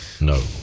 no